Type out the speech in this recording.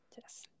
Yes